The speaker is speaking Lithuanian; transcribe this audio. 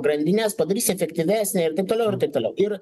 grandines padarys efektyvesnę ir taip toliau ir taip toliau ir